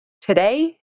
Today